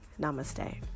Namaste